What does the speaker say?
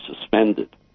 suspended